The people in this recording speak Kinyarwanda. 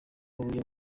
uyoboye